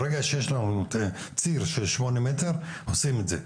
ברגע שיש לנו ציר של 8 מטר, עושים את זה.